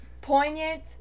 Poignant